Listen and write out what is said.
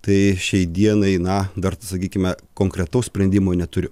tai šiai dienai na dar sakykime konkretaus sprendimo neturiu